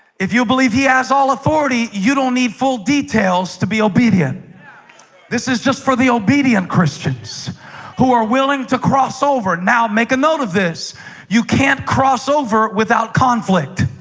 if you believe he has all authority you don't need full details to be obedient this is just for the obedient christians who are willing to cross over now make a note of this you can't cross over without conflict